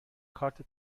کارت